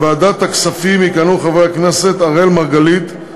בוועדת הכספים יכהנו חברי הכנסת אראל מרגלית,